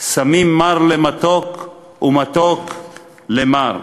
שמים מר למתוק ומתוק למר".